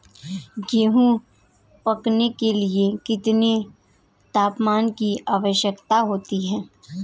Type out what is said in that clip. गेहूँ पकने के लिए कितने तापमान की आवश्यकता होती है?